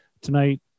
tonight